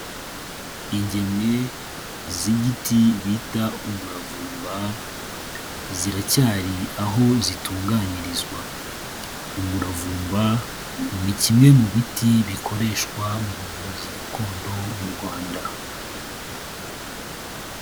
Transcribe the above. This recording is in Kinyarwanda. Ingemwe z'igiti bita umuravumba ziracyari aho zitunganyirizwa, umuravumba ni kimwe mu biti bikoreshwa mu buvuzi gakondo mu Rwanda.